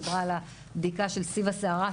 דיברה על הבדיקה של סיב השיערה,